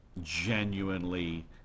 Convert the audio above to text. genuinely